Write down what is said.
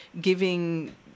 giving